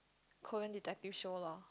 Korean detective show lor